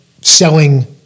selling